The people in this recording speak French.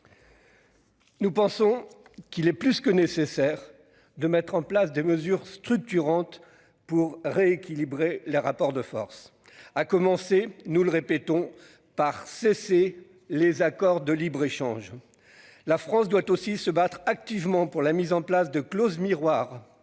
ces textes. Il est plus que nécessaire de mettre en place des mesures structurantes pour rééquilibrer les rapports de force. Cela commence, nous le répétons, par le renoncement aux accords de libre-échange. La France doit aussi se battre activement pour la mise en place de clauses miroirs